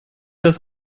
das